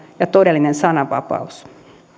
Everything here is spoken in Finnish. ja todellinen sananvapaus